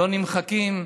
לא נמחקות.